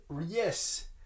Yes